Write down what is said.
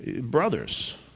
brothers